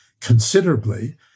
considerably